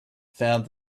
found